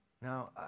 Now